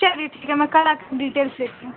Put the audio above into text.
چلیے ٹھیک ہے میں کل آ کے ڈیٹیلس لیتی ہوں